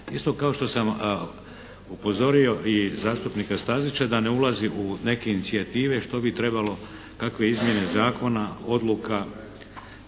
Isto kao što sam upozorio i zastupnica Stazića da ne ulazi u neke inicijative što bi trebalo, kakve izmjene zakona, odluka.